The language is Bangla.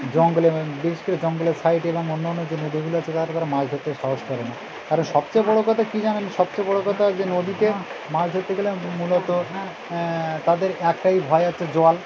জঙ্গলে বিশেষ করে জঙ্গলের সাইড এবং অন্য অন্য যে নদীগুলো আছে তার ভেতরে মাছ ধরতে সাহস করে না কারণ সবচেয়ে বড়ো কথা কী জানেন সবচেয়ে বড় কথা যে নদীতে মাছ ধরতে গেলে মূলত তাদের একটাই ভয় হচ্ছে জল